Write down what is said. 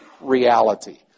reality